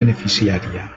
beneficiària